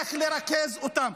על איך לרכז אותם?